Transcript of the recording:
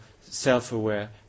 self-aware